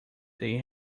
they